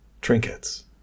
trinkets